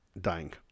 dying